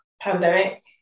pandemic